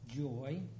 joy